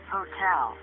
Hotel